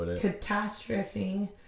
catastrophe